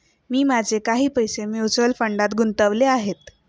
मी माझे काही पैसे म्युच्युअल फंडात गुंतवले आहेत